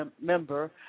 member